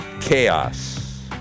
chaos